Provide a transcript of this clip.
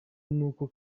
n’uko